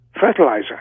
fertilizer